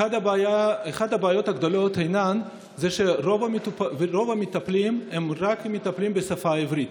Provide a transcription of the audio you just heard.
אחת הבעיות הגדולות היא שרוב המטפלים הם מטפלים רק בשפה העברית,